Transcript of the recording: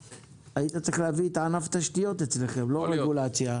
היית צריך להביא את ענף התשתיות אצלכם ולא רגולציה.